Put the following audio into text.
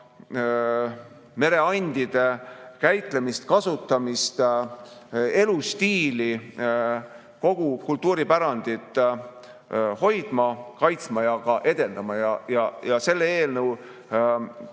mereandide käitlemist, kasutamist, elustiili. Me peaksime kogu kultuuripärandit hoidma, kaitsma ja edendama. Selle eelnõu